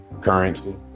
currency